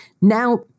Now